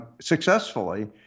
successfully